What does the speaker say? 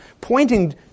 pointing